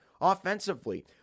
offensively